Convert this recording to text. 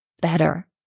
better